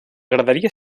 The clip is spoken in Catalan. graderia